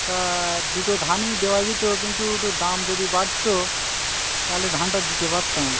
তা দুটো ধানই দেওয়া যেতো কিন্তু এটু দাম যদি বাড়তো তালে ধানটা দিতে পারতাম